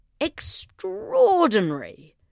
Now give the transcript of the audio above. Extraordinary